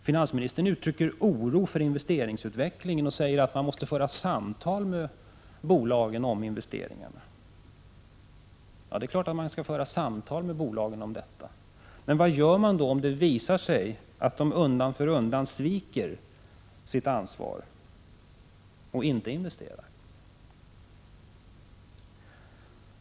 Finansministern uttrycker oro för investeringsutvecklingen. Han säger att man måste föra samtal med bolagen om investeringarna. Det är klart att man skall föra samtal med bolagen om investeringarna. Men vad gör man om det visar sig att de undan för undan sviker sitt ansvar och inte investerar?